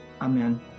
amen